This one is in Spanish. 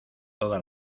toda